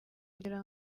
kugira